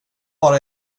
vara